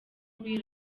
kuri